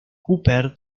cooper